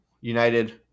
United